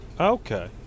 okay